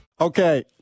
Okay